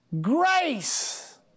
Grace